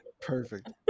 perfect